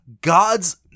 God's